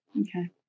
Okay